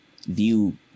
view